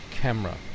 camera